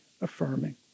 affirming